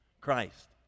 Christ